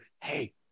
hey